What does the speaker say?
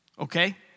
okay